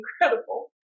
incredible